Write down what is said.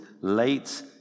late